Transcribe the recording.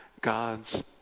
God's